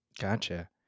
Gotcha